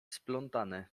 splątane